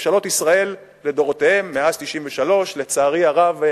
ממשלות ישראל לדורותיהן, מאז 1993, לצערי הרב,